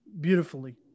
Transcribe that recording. beautifully